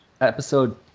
episode